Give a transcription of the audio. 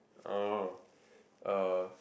oh uh